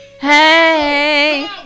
Hey